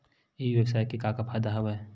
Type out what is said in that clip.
ई व्यवसाय के का का फ़ायदा हवय?